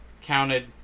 counted